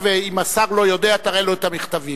ואם השר לא יודע תראה לו את המכתבים.